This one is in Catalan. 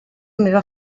meva